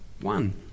One